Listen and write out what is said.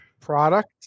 product